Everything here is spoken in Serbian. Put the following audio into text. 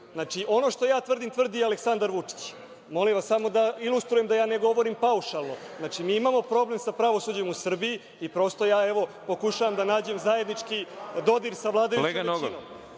Znači, ono što ja tvrdim, tvrdi i Aleksandar Vučić. Molim vas, samo da ilustrujem da ja ne govorim paušalno. Mi imamo problem sa pravosuđem u Srbiji i prosto, evo, pokušavam da nađem zajednički dodir sa vladajućom većinom.